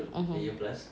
mm